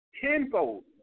Tenfold